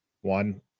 one